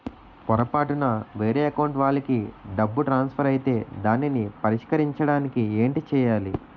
పొరపాటున వేరే అకౌంట్ వాలికి డబ్బు ట్రాన్సఫర్ ఐతే దానిని పరిష్కరించడానికి ఏంటి చేయాలి?